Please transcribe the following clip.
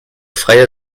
freie